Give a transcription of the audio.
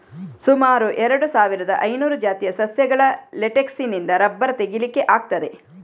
ಸುಮಾರು ಎರಡು ಸಾವಿರದ ಐನೂರು ಜಾತಿಯ ಸಸ್ಯಗಳ ಲೇಟೆಕ್ಸಿನಿಂದ ರಬ್ಬರ್ ತೆಗೀಲಿಕ್ಕೆ ಆಗ್ತದೆ